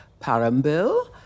Parambil